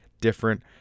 different